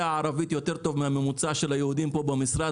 ערבית יותר טוב מהממוצע של היהודים פה במשרד,